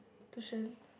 tuition